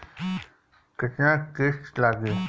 केतना किस्त लागी?